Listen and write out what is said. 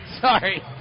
sorry